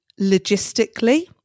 logistically